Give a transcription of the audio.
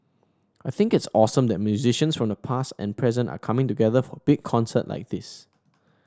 I think it's awesome that musicians from the past and present are coming together for a big concert like this